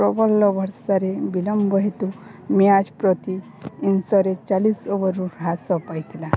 ପ୍ରବଳ ବର୍ଷାରେ ବିଳମ୍ବ ହେତୁ ମ୍ୟାଚ୍ ପ୍ରତି ଇନିଂସରେ ଚାଳିଶି ଓଭରକୁ ହ୍ରାସ ପାଇଥିଲା